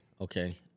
Okay